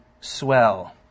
swell